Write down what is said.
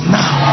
now